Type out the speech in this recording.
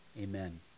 Amen